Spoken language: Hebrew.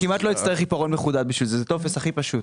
הוא כמעט ולא יצטרך עיפרון מחודד בשביל זה; זה טופס הכי פשוט.